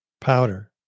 powder